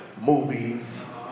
movies